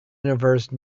universe